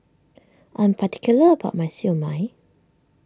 I am particular about my Siew Mai